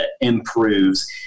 improves